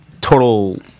total